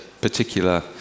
particular